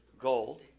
Gold